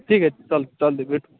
ठीक आहे चालते चालतं आहे भेटू